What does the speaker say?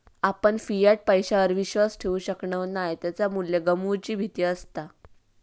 आपण फियाट पैशावर विश्वास ठेवु शकणव नाय त्याचा मू्ल्य गमवुची भीती असता